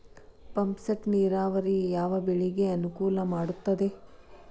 Pump set ನೇರಾವರಿ ಯಾವ್ ಬೆಳೆಗೆ ಅನುಕೂಲ ಮಾಡುತ್ತದೆ?